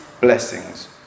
blessings